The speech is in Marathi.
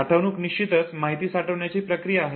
साठवणूक ही निश्चितच माहिती साठविण्याची प्रक्रिया आहे